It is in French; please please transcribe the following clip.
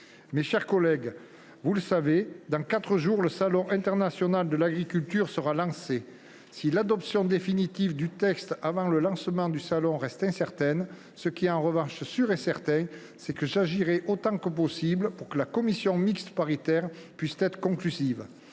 Mes chers collègues, vous le savez, dans quatre jours, le Salon international de l’agriculture sera lancé. Si l’adoption définitive du texte avant ce lancement reste incertaine, ce qui, en revanche, est sûr et certain, c’est que j’agirai autant que possible pour que la commission mixte paritaire puisse être conclusive.